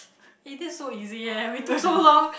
eh that's so easy eh we took so long